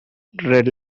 red